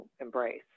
embrace